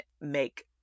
make